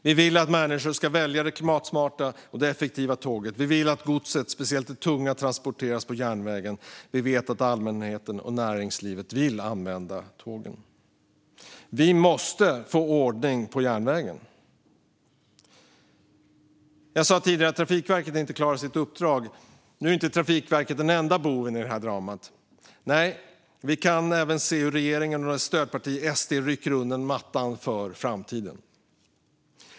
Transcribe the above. Vi vill att människor ska välja det klimatsmarta och effektiva tåget. Vi vill att godset, speciellt de tunga transporterna, tar järnvägen. Vi vet att allmänheten och näringslivet vill använda tågen. Vi måste få ordning på järnvägen. Jag sa tidigare att Trafikverket inte klarar sitt uppdrag. Nu är inte Trafikverket den enda boven i dramat. Nej, vi kan nu även se hur regeringen och dess stödparti SD rycker undan mattan för framtiden.